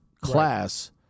class